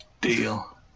Deal